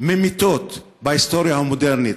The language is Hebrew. ממיתות, בהיסטוריה המודרנית.